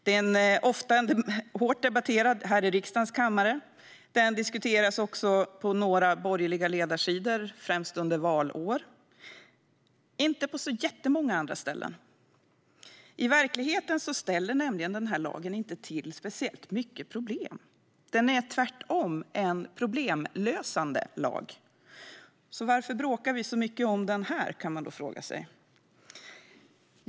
Den är ofta hårt debatterad här i riksdagens kammare, och den diskuteras också på några borgerliga ledarsidor, främst under valår, men inte på jättemånga andra ställen. I verkligheten ställer denna lag nämligen inte till speciellt många problem. Den är tvärtom en problemlösande lag. Varför bråkar vi då så mycket om den här, kan man fråga sig.